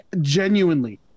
genuinely